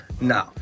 no